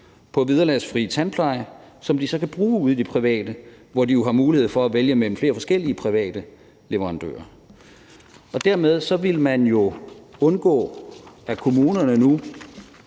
på vederlagsfri tandpleje, som de så kan bruge ude i det private, hvor de jo har mulighed for at vælge mellem flere forskellige private leverandører. Dermed ville man jo undgå, at kommunerne nu